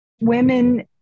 women